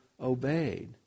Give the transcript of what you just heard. obeyed